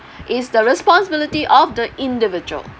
it's the responsibility of the individual